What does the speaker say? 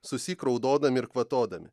susyk raudodami ir kvatodami